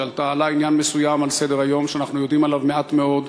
כשעלה עניין מסוים על סדר-היום ואנחנו יודעים עליו מעט מאוד.